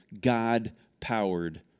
God-powered